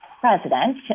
president